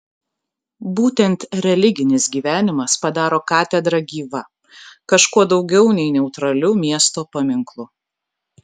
būtent religinis gyvenimas padaro katedrą gyva kažkuo daugiau nei neutraliu miesto paminklu